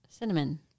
Cinnamon